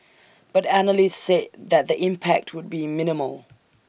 but analysts said that the impact would be minimal